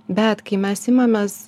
bet kai mes imamės